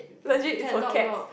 legit is for cats